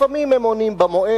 לפעמים הם עונים במועד,